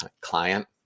client